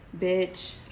Bitch